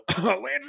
Landry